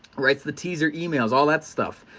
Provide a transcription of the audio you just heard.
writes the teaser emails, all that stuff.